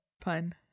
Pun